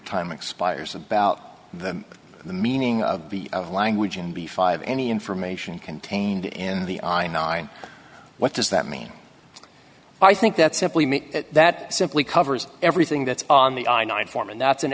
time expires about the the meaning of b of language in the five any information contained in the i am nine what does that mean i think that simply means that simply covers everything that's on the i nine form and that's an